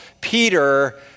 Peter